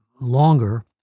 longer